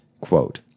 quote